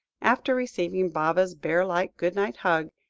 after receiving baba's bear-like good-night hug,